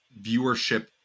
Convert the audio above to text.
viewership